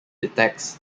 attacks